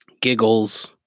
Giggles